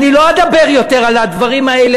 אני לא אדבר יותר על הדברים האלה.